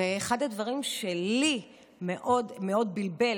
ואחד הדברים שאותי מאוד מאוד בלבל